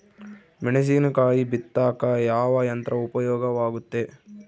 ಮೆಣಸಿನಕಾಯಿ ಬಿತ್ತಾಕ ಯಾವ ಯಂತ್ರ ಉಪಯೋಗವಾಗುತ್ತೆ?